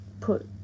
put